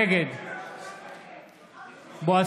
נגד נגד הגזענות (קורא בשמות חברי הכנסת) בועז